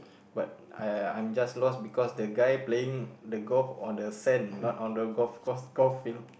but I I'm just lost because the guy playing the golf on the sand not on the golf golf golf field